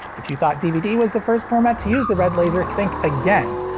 if you thought dvd was the first format to use the red laser, think again.